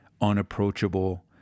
unapproachable